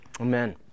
Amen